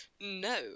no